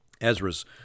Ezra's